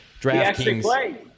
DraftKings